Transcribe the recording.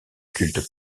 culte